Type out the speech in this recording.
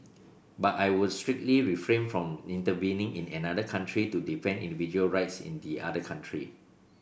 but I would strictly refrain from intervening in another country to defend individual rights in the other country